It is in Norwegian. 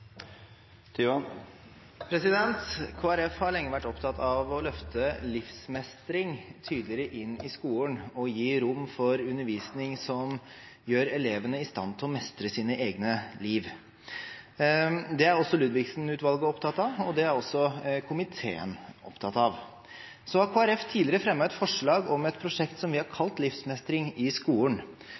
har lenge vært opptatt av å løfte livsmestring tydeligere inn i skolen og gi rom for undervisning som gjør elevene i stand til å mestre sitt eget liv. Det er Ludvigsen-utvalget opptatt av, og det er også komiteen opptatt av. Kristelig Folkeparti har tidligere fremmet et forslag om et prosjekt som vi har kalt «Livsmestring i skolen».